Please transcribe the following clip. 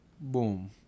boom